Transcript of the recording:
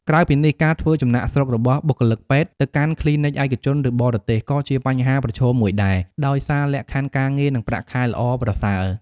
ក្រៅពីនេះ ការធ្វើចំណាកស្រុករបស់បុគ្គលិកពេទ្យ ទៅកាន់គ្លីនិកឯកជន ឬបរទេស ក៏ជាបញ្ហាប្រឈមមួយដែរ ដោយសារលក្ខខណ្ឌការងារ និងប្រាក់ខែល្អប្រសើរ។